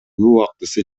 убактысы